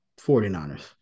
49ers